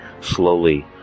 slowly